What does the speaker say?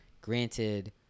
Granted